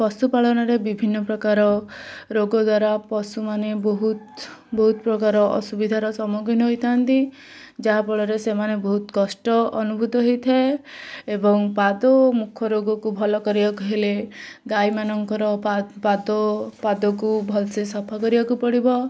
ପଶୁପାଳନର ବିଭିନ୍ନ ପ୍ରକାର ରୋଗ ଦ୍ୱାରା ପଶୁମାନେ ବହୁତ ବହୁତ ପ୍ରକାର ଅସୁବିଧାର ସମ୍ମୁଖୀନ ହୋଇଥାନ୍ତି ଯାହାଫଳରେ ସେମାନେ ବହୁତ କଷ୍ଟ ଅନୁଭତ ହୋଇଥାଏ ଏବଂ ପାଦ ଓ ମୁଖ ରୋଗକୁ ଭଲ କରିବାକୁ ହେଲେ ଗାଈମାନଙ୍କର ପାଦ ପାଦକୁ ଭଲ ସେ ସଫା କରିବାକୁ ପଡ଼ିବ